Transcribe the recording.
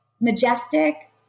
majestic